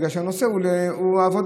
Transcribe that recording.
בגלל שהנושא הוא העבודה,